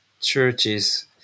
churches